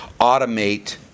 automate